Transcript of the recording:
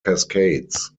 cascades